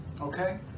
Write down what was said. Okay